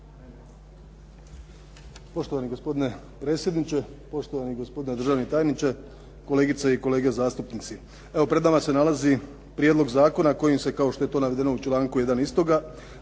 Poštovani gospodine predsjedniče, poštovani gospodine državni tajniče, kolegice i kolege zastupnici. Evo, pred nama se nalazi prijedlog zakona kojim se kao što je to navedeno u članku 1.